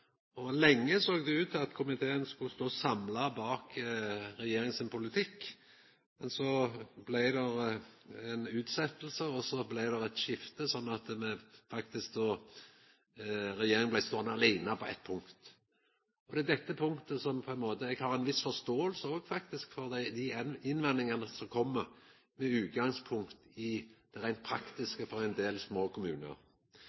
saka. Lenge såg det ut til at komiteen skulle stå samla bak regjeringas politikk, men så blei det utsetjing, og det blei eit skifte, så regjeringa blei ståande aleine på eitt punkt. Det er faktisk på dette punktet eg på ein måte har ei viss forståing for dei innvendingane som kjem med utgangspunkt i det reint